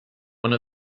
one